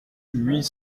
huit